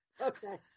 okay